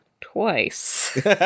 twice